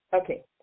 okay